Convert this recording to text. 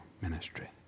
ministry